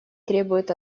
требует